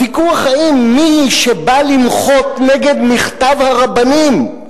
הוויכוח, האם מי שבא למחות נגד מכתב הרבנים,